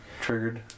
Triggered